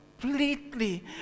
completely